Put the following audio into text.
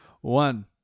One